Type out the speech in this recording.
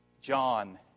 John